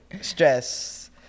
stress